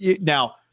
now